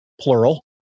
plural